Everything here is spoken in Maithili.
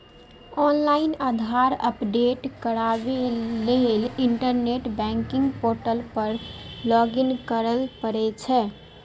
ऑनलाइन आधार अपडेट कराबै लेल इंटरनेट बैंकिंग पोर्टल पर लॉगइन करय पड़ै छै